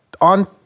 On